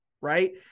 Right